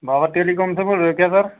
बाबा telecom से बोल रहे हो क्या सर